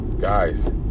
guys